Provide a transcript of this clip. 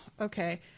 okay